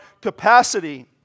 capacity